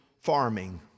farming